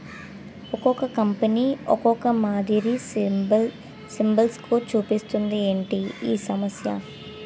ఒక్కో కంపెనీ ఒక్కో మాదిరి సిబిల్ స్కోర్ చూపిస్తుంది ఏంటి ఈ సమస్య?